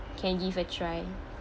can give a try